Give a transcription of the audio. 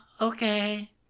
okay